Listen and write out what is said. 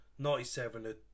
97